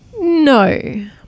No